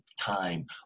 time